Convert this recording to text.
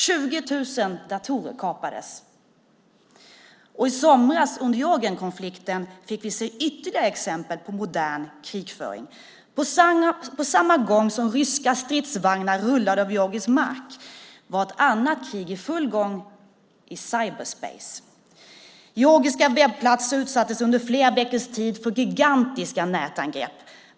20 000 datorer kapades. I somras under Georgienkonflikten fick vi se ytterligare exempel på modern krigföring. På samma gång som ryska stridsvagnar rullade över georgisk mark var ett annat krig i full gång i cyberspace. Georgiska webbplatser utsattes under flera veckors tid för gigantiska nätangrepp.